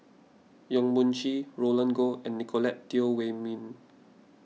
Yong Mun Chee Roland Goh and Nicolette Teo Wei Min